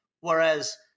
whereas